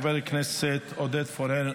חבר הכנסת עודד פורר,